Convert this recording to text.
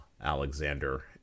Alexander